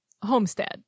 homestead